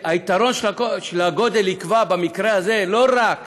והיתרון של הגודל יקבע, במקרה הזה, לא רק